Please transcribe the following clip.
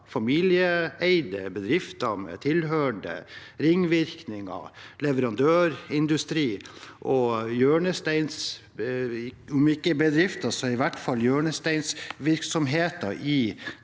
familieeide bedrifter med tilhørende ringvirkninger og en leverandørindustri. Dette er hjørnesteinsvirksomheter i